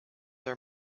are